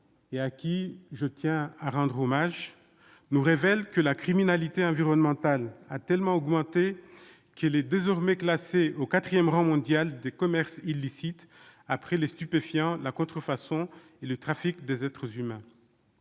auxquels je tiens à rendre hommage, nous révèlent que la criminalité environnementale a tellement augmenté qu'elle est désormais classée au quatrième rang mondial des commerces illicites, après les stupéfiants, la contrefaçon et le trafic des êtres humains.